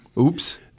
Oops